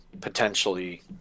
potentially